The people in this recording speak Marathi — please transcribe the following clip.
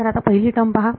तर आता पहिली टर्म पहा